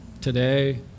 today